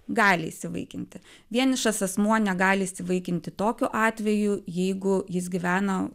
gali įsivaikinti vienišas asmuo negali įsivaikinti tokiu atveju jeigu jis gyvena